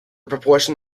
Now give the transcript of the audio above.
proportion